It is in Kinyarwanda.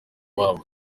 rwabo